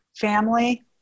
family